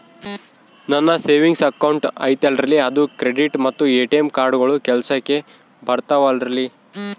ನನ್ನ savings account ಐತಲ್ರೇ ಅದು ಕ್ರೆಡಿಟ್ ಮತ್ತ ಎ.ಟಿ.ಎಂ ಕಾರ್ಡುಗಳು ಕೆಲಸಕ್ಕೆ ಬರುತ್ತಾವಲ್ರಿ?